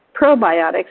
Probiotics